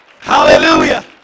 Hallelujah